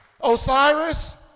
Osiris